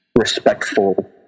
respectful